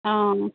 অঁ